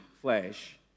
flesh